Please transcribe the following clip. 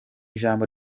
ijambo